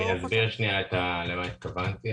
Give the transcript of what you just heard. אני אסביר שנייה למה התכוונתי.